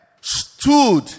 Stood